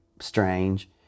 strange